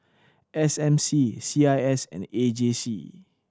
S M C C I S and A J C